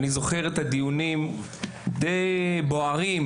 אני זוכר את הדיונים שהיו די בוערים,